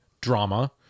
drama